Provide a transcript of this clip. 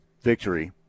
victory